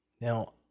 Now